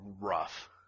rough